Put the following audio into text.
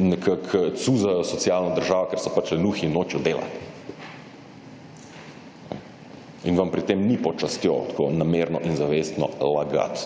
nekako cuzajo socialno državo, ker se pač lenuhi in nočejo delat. In vam pri tem ni pod častjo, tako, namerno in zavestno lagat